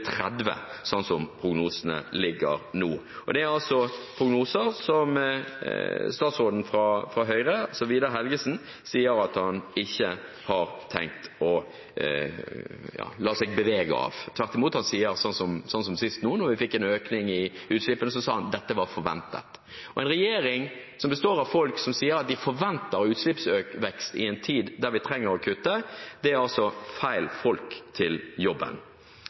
som prognosene er nå. Det er prognoser som statsråden fra Høyre, Vidar Helgesen, sier at han ikke har tenkt å la seg bevege av. Tvert imot, han sier som sist gang vi fikk en økning av utslippene: Dette var forventet. En regjering som består av folk som sier at de forventer utslippsvekst i en tid når vi trenger å kutte, er feil folk til jobben.